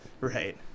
Right